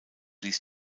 ließ